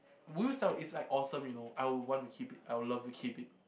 would you sell it's like awesome you know I would want to keep it I would love to keep it